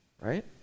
right